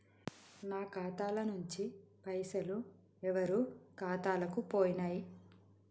నా ఖాతా ల నుంచి పైసలు ఎవరు ఖాతాలకు పోయినయ్?